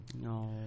no